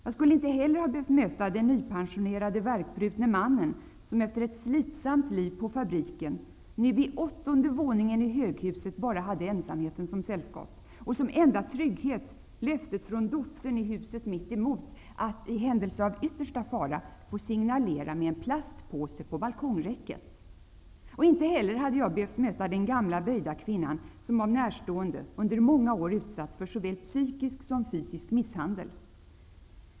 Jag skulle inte heller ha behövt möta den nypensionerade värkbrutne mannen, som efter ett slitsamt liv på fabriken nu i åttonde våningen i höghuset bara hade ensamheten som sällskap och som enda trygghet löftet från dottern i huset mitt emot att i händelse av yttersta fara få signalera med en plastpåse på balkongräcket. Inte heller hade jag behövt möta den gamla böjda kvinnan som av närstående under många år utsatts för såväl psykisk som fysisk misshandel.